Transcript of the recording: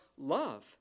love